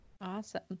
Awesome